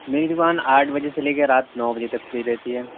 میری دکان آٹھ بجے سے لے کے رات نو بجے تک کھلی رہتی ہے